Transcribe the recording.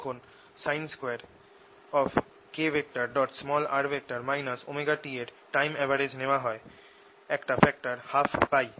যখন sin2kr ωt এর time average নেওয়া হয় একটা ফ্যাক্টর 12 পাই